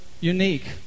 unique